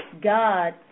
God